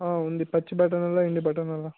ఉంది పచ్చి బఠానీలా ఎండు బఠానీలా